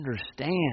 understand